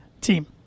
team